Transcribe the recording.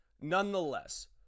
nonetheless